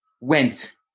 went